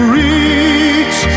reach